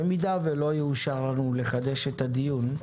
אם לא יאושר לנו לחדש את הדיון,